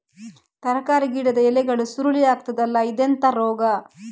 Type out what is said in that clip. ತರಕಾರಿ ಗಿಡದ ಎಲೆಗಳು ಸುರುಳಿ ಆಗ್ತದಲ್ಲ, ಇದೆಂತ ರೋಗ?